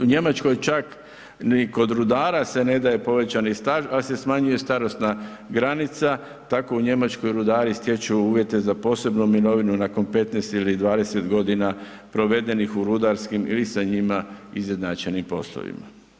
U Njemačkoj čak i kod rudara se ne daje povećani staž, ali se smanjuje starosna granica, tako u Njemačkoj rudari stječu uvjete za posebnu mirovinu nakon 15 ili 20 godina provedenih u rudarskim ili sa njima izjednačenih poslovima.